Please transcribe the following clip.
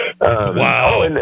Wow